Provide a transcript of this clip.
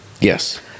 Yes